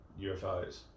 UFOs